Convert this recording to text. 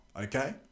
okay